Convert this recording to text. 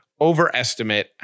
overestimate